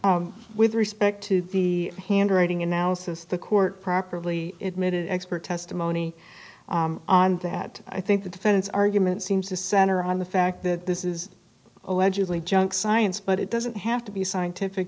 trial with respect to the handwriting analysis the court properly it made it expert testimony on that i think the defense argument seems to center on the fact that this is allegedly junk science but it doesn't have to be scientific